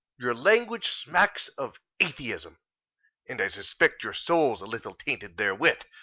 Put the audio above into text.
your language smacks of atheism and i suspect your soul's a little tainted therewith.